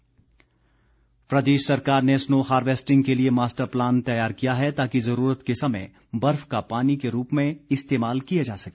महेन्द्र सिंह प्रदेश सरकार ने स्नो हार्वेस्टिंग के लिए मास्टर प्लान तैयार किया है ताकि जरूरत के समय बर्फ का पानी के रूप में इस्तेमाल किया जा सके